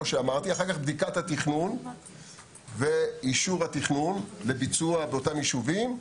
בדיקת התכנון ואישור התכנון לביצוע באותם יישובים,